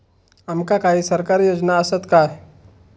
आमका काही सरकारी योजना आसत काय?